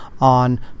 on